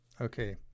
Okay